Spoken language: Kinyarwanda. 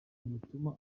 butuma